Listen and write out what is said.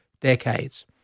decades